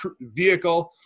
vehicle